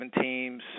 teams